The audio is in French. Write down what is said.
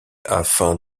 afin